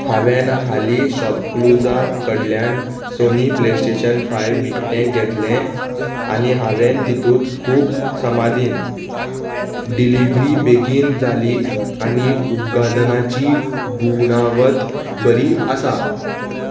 हांवें हालीं शॉपक्लूजा कडल्यान सोनी प्ले स्टेशन फायव विकतें घेतलें आनी हांवें तितूंत खूब समाधीन डिलिव्हरी बेगीन जाली आनी उपघादनाची गुणावत बरी आसा